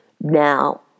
Now